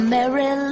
Mary